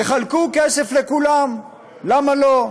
יחלקו כסף לכולם, למה לא.